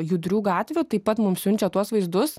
judrių gatvių taip pat mums siunčia tuos vaizdus